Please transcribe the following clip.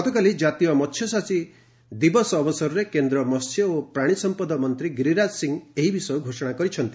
ଗତକାଲି ଜାତୀୟ ମସ୍ୟଚାଷୀ ଦିବସ ଅବସରରେ କେନ୍ଦ୍ ମହ୍ୟ ଓ ପ୍ରାଣୀ ସମ୍ପଦ ମନ୍ତ୍ରୀ ଗିରିରାଜ ସିଂ ଏହି ବିଷୟ ଘୋଷଣା କରିଛନ୍ତି